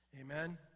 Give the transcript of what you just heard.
Amen